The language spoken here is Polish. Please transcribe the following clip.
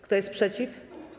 Kto jest przeciw?